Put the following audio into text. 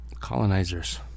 colonizers